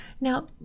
Now